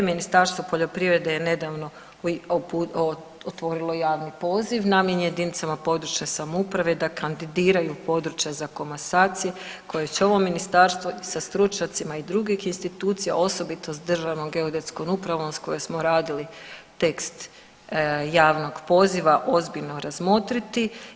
Ministarstvo poljoprivrede je nedavno otvorilo javni poziv namijenjen jedinicama područne samouprave da kandidiraju područja za komasacije koje će ovo Ministarstvo i sa stručnjacima i drugih institucija osobito s Državnom geodetskom upravom s kojom smo radili tekst javnog poziva ozbiljno razmotriti.